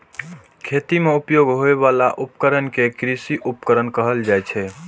खेती मे उपयोग होइ बला उपकरण कें कृषि उपकरण कहल जाइ छै